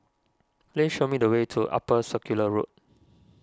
please show me the way to Upper Circular Road